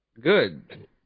Good